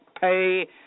pay